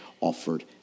offered